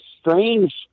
strange